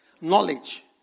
knowledge